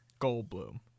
Goldblum